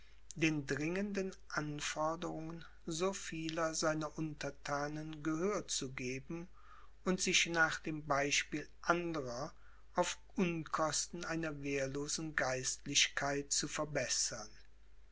den dringenden anforderungen so vieler seiner unterthanen gehör zu geben und sich nach dem beispiel andrer auf unkosten einer wehrlosen geistlichkeit zu verbessern